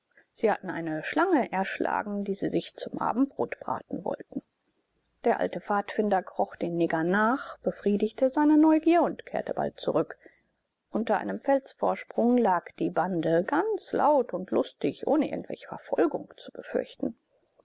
sie hatten eine schlange erschlagen die sie sich zum abendbrot braten wollten der alte pfadfinder kroch den negern nach befriedigte seine neugier und kehrte bald zurück unter einem felsenvorsprung lagerte die bande ganz laut und lustig ohne irgendwelche verfolgung zu befürchten